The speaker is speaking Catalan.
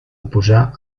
oposar